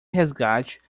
resgate